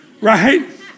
Right